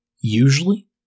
Usually